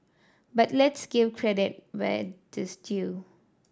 but let's give credit where it is due